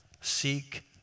seek